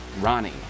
Ronnie